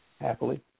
happily